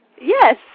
Yes